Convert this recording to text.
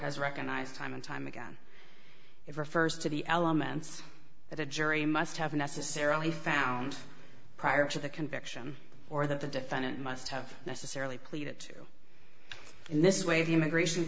has recognized time and time again it refers to the elements that a jury must have necessarily found prior to the conviction or that the defendant must have necessarily pleaded to in this way the immigration